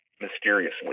mysteriously